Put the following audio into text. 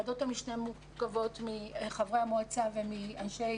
ועדות המשנה מורכבות מחברי המועצה ומאנשי